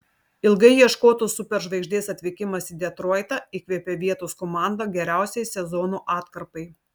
ilgai ieškotos superžvaigždės atvykimas į detroitą įkvėpė vietos komandą geriausiai sezono atkarpai